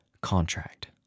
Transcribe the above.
contract